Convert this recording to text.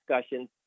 discussions